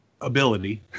ability